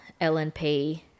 LNP